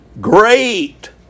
great